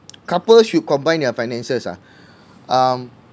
couple should combine their finances ah um